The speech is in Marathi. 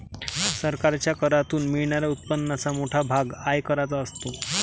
सरकारच्या करातून मिळणाऱ्या उत्पन्नाचा मोठा भाग आयकराचा असतो